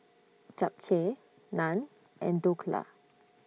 Japchae Naan and Dhokla